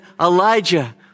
Elijah